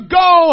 go